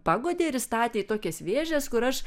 paguodė ir įstatė į tokias vėžes kur aš